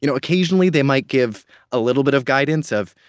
you know occasionally, they might give a little bit of guidance of,